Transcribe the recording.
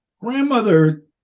grandmother